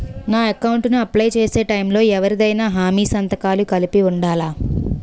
నా అకౌంట్ ను అప్లై చేసి టైం లో ఎవరిదైనా హామీ సంతకాలు కలిపి ఉండలా?